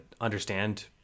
understand